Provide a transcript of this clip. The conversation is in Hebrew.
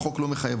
החוק לא מחייב,